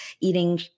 eating